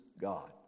God